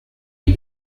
you